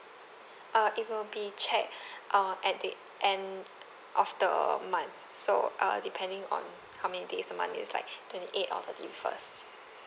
uh it will be checked uh at the end of the month so uh depending on how many days the month is like twenty eight or thirty first